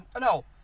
no